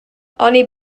oni